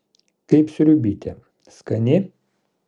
kaip sriubytė skani